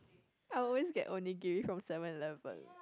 I always get only gift from Seven-Eleven